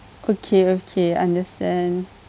okay okay understand